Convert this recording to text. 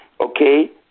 okay